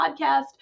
podcast